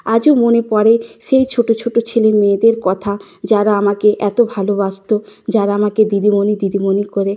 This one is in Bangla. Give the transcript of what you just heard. আজও মনে পড়ে সেই ছোটো ছোটো ছেলে মেয়েদের কথা যারা আমাকে এত ভালোবাসত যারা আমাকে দিদিমণি দিদিমণি করে